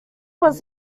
was